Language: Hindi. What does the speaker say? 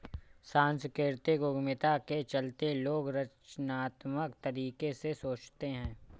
सांस्कृतिक उद्यमिता के चलते लोग रचनात्मक तरीके से सोचते हैं